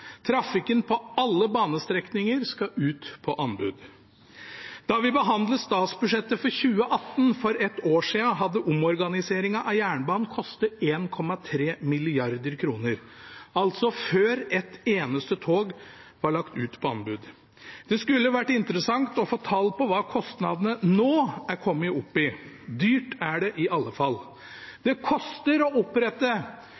Trafikken på alle banestrekninger skal ut på anbud. Da vi behandlet statsbudsjettet for 2018, for ett år siden, hadde omorganiseringen av jernbanen kostet 1,3 mrd. kr, altså før et eneste tog var lagt ut på anbud. Det skulle vært interessant å få tall på hva kostnadene nå er kommet opp i. Dyrt er det i alle fall.